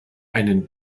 einen